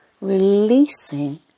releasing